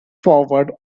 forward